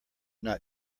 not